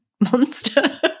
Monster